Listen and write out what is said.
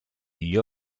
gli